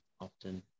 often